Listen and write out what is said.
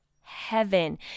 heaven